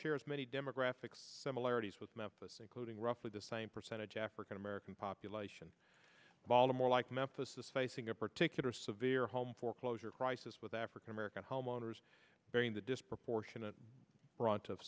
shares many demographics similarities with memphis including roughly the same percentage african american population baltimore like memphis is facing a particular severe home foreclosure crisis with african american homeowners bearing the disproportionate brunt of